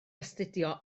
astudio